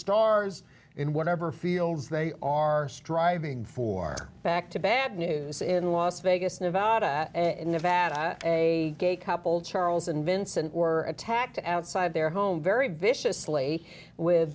stars in whatever fields they are striving for back to bad news in las vegas nevada in nevada a gay couple charles and vincent were attacked outside their home very viciously with